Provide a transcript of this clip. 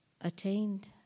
attained